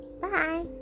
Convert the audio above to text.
Bye